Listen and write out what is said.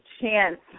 chance